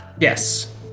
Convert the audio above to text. Yes